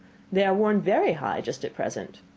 they are worn very high, just at present.